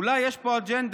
אולי יש פה אג'נדה,